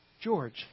George